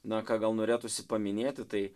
na ką gal norėtųsi paminėti tai